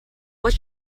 what